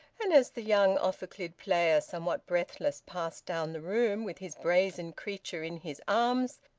and as the young ophicleide player, somewhat breathless, passed down the room with his brazen creature in his arms,